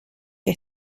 que